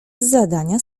zadania